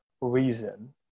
reason